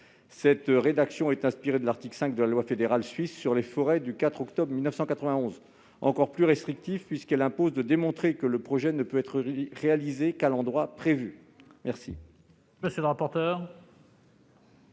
Cette rédaction est inspirée de l'article 5 de la loi fédérale suisse sur les forêts du 4 octobre 1991, lequel est encore plus restrictif, puisqu'il impose de démontrer que le projet ne peut être réalisé qu'à l'endroit prévu. Quel